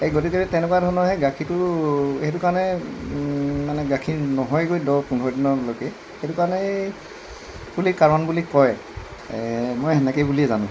সেই গতিকতে তেনেকুৱা ধৰণৰে গাখীৰটো সেইটো কাৰণে মানে গাখীৰ নহয়গৈ দহ পোন্ধৰ দিনলৈকে সেইটো কাৰণে এই বুলি কাৰণ বুলি কয় মই সেনেকৈয়ে বুলিয়েই জানোঁ